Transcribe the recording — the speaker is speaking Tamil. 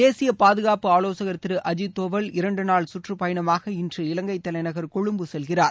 தேசிய பாதுகாப்பு ஆலோசகர் திரு அஜித் தோவல் இரண்டுநாள் கற்றட்பயணமாக இன்று இலங்கைத் தலைநகர் கொழும்பு செல்கிறார்